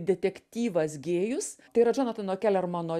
detektyvas gėjus tai yra džonatano kelermano